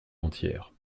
entière